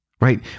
right